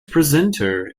presenter